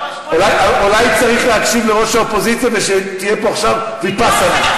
אולי צריך להקשיב לראש האופוזיציה ושתהיה פה עכשיו ויפאסנה.